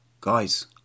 guys